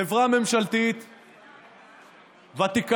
חברה ממשלתית ותיקה,